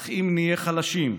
אך "אם נהיה חלשים,